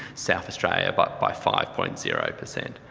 south australia but by five point zero per cent.